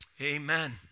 Amen